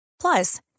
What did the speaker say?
Plus